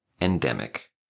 endemic